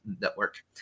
network